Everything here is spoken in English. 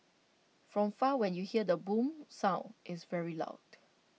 from far when you hear the boom sound it's very loud